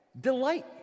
delight